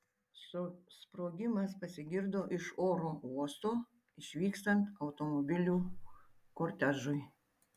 sprogimas pasigirdo iš oro uosto išvykstant automobilių kortežui